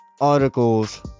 articles